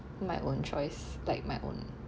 my own choice like my own